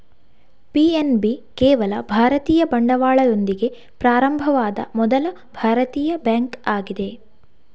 PNB ಕೇವಲ ಭಾರತೀಯ ಬಂಡವಾಳದೊಂದಿಗೆ ಪ್ರಾರಂಭವಾದ ಮೊದಲ ಭಾರತೀಯ ಬ್ಯಾಂಕ್ ಆಗಿದೆ